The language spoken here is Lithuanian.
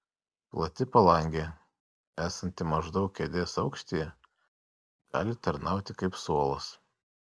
plati palangė esanti maždaug kėdės aukštyje gali tarnauti kaip suolas